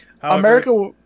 America